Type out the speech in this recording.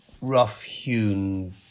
rough-hewn